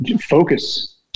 focus